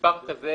במספר כזה,